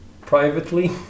Privately